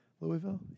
Louisville